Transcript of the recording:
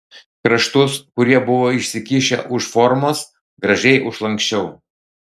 kraštus kurie buvo išsikišę už formos gražiai užlanksčiau